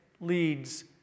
Leads